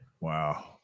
Wow